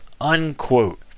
unquote